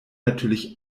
natürlich